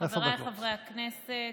חבריי חברי הכנסת,